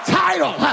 title